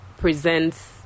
presents